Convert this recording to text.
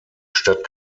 stadt